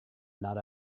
not